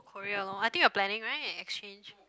Korea lor I think you are planning right exchange